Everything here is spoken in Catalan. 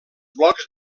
blocs